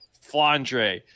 Flandre